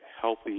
healthy